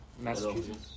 Massachusetts